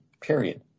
period